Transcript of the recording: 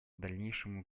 дальнейшему